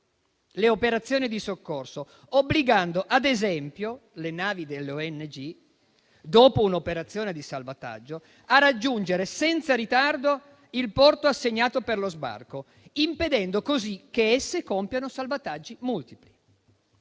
le operazioni di soccorso, obbligando ad esempio le navi delle ONG, dopo un'operazione di salvataggio, a raggiungere senza ritardo il porto assegnato per lo sbarco, impedendo così che esse compiano salvataggi multipli.